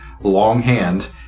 longhand